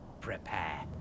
Prepare